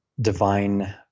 divine